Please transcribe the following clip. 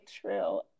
true